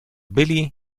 byli